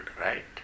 right